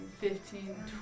fifteen